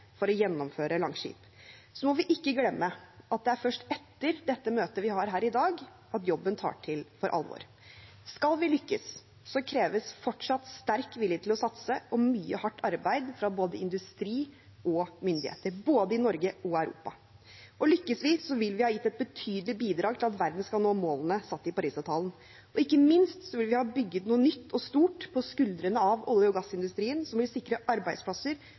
for å gjennomføre Langskip. Så må vi ikke glemme at det er først etter det møtet vi har her i dag, jobben tar til for alvor. Skal vi lykkes, kreves det fortsatt sterk vilje til å satse og mye hardt arbeid fra både industri og myndigheter, både i Norge og i Europa. Lykkes vi, vil vi ha gitt et betydelig bidrag til at verden når målene som er satt i Parisavtalen. Ikke minst vil vi også ha bygget noe nytt og stort som vil sikre arbeidsplasser og verdiskaping i norsk industri også i en lavutslippsverden, på skuldrene til olje- og gassindustrien.